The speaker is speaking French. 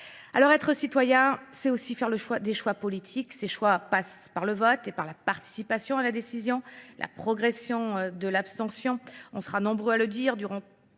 Alors être citoyen, c'est aussi faire des choix politiques. Ces choix passent par le vote et par la participation à la décision, la progression de l'abstention. On sera nombreux à le dire durant